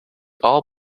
all